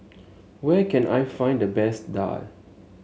where can I find the best Daal